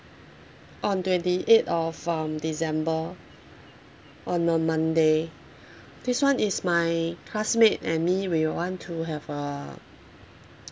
on twenty eighth of um december on a monday this one is my classmate and me we want to have a